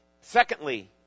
Secondly